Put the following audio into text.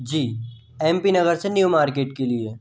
जी M P Nagar new न्यू मार्केट के लिए